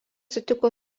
sutiko